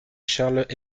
charles